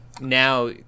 Now